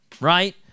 right